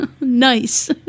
Nice